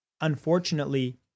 unfortunately